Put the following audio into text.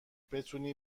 بتونی